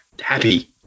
happy